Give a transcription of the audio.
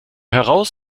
heraus